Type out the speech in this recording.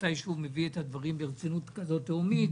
מתי שהוא מביא את הדברים ברצינות תהומית כזאת.